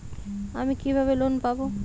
আমি কিভাবে লোন পাব?